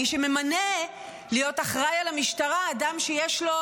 מי שממנה להיות אחראי למשטרה אדם שיש לו,